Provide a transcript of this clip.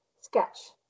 sketch